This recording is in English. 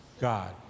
God